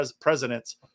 presidents